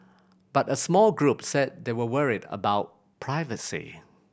but a small group said they were worried about privacy